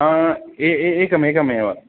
ए ए एकं एकमेव